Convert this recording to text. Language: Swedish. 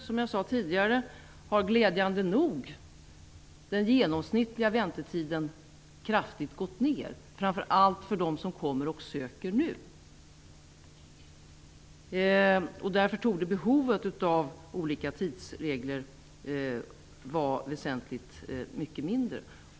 Som jag sade tidigare har den genomsnittliga väntetiden glädjande nog kraftigt gått ner, framför allt för dem som kommer hit och söker asyl nu. Därför torde behovet av olika tidsregler vara väsentligt mycket mindre.